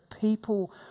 people